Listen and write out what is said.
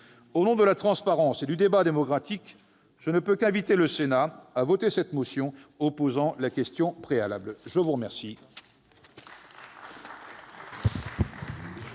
Au nom de la transparence et du débat démocratique, je ne peux qu'inviter le Sénat à voter cette motion tendant à opposer la question préalable. Y a-t-il